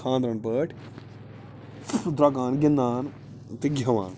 خانٛدرن پٲٹھۍ درۅکان گِنٛدان تہِ گٮ۪وَان